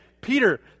Peter